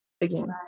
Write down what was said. again